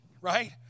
right